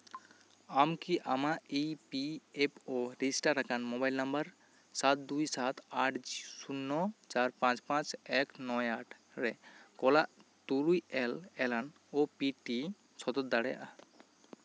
ᱟᱢ ᱠᱤ ᱟᱢᱟᱜ E P F O register ᱟᱠᱟᱱ ᱢᱳᱵᱟᱭᱤᱞ ᱱᱟᱢᱵᱟᱨ ᱥᱟᱛ ᱫᱩᱭ ᱥᱟᱛ ᱟᱴ ᱥᱩᱱᱱᱚ ᱪᱟᱨ ᱯᱟᱸᱪ ᱯᱟᱸᱪ ᱮᱠ ᱱᱚᱭ ᱟᱴ ᱨᱮ ᱠᱚᱞᱟᱜ ᱛᱩᱨᱩᱭ ᱮᱞ ᱮᱞᱟᱱ ᱳ ᱯᱤ ᱴᱤ ᱥᱚᱫᱚᱨ ᱫᱟᱲᱮᱭᱟᱜᱼᱟ